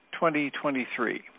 2023